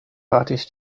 artist